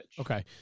Okay